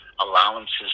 allowances